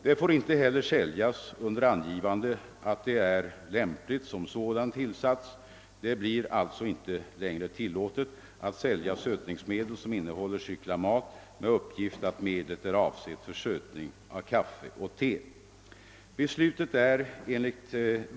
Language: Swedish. Det får inte heller säljas under angivande att det är lämpligt som sådan tillsats — det blir alltså inte längre tillåtet att sälja sötningsmedel som innehåller cyklamat med uppgift att medlet är avsett för sötning av kaffe och te.